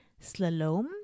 slalom